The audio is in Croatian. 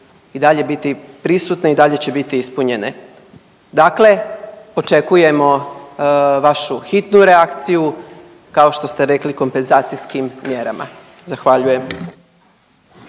i dalje biti prisutne i dalje će biti ispunjene. Dakle, očekujemo vašu hitnu reakciju kao što ste rekli kompenzacijskim mjerama. Zahvaljujem.